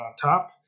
top